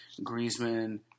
Griezmann